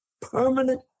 permanent